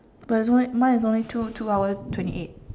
but it's only mine is only two two hour twenty eight